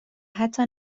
حتی